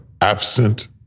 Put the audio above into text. absent